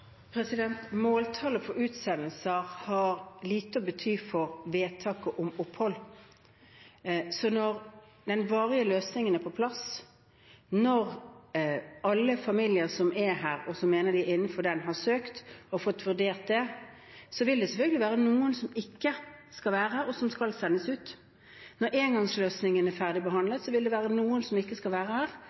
Måltallet for utsendelser har lite å bety for vedtaket om opphold. Når den varige løsningen er på plass, når alle familier som er her, og som mener de er innenfor den, har søkt og fått vurdert det, vil det selvfølgelig være noen som ikke skal være her, og som skal sendes ut. Når engangsløsningen er ferdigbehandlet, vil det være noen som ikke skal være her,